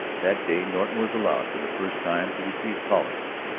that day norton was allowed for the first time to receive callers.